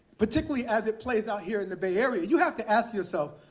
particularly as it plays out here in the bay area. you have to ask yourself,